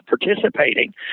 participating